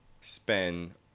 spend